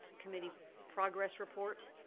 committee progress report.